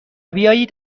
بیایید